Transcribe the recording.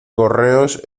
correos